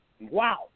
Wow